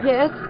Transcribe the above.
Yes